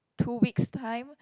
two weeks time